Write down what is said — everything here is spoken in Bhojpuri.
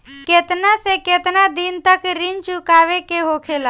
केतना से केतना दिन तक ऋण चुकावे के होखेला?